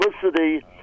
publicity